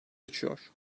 açıyor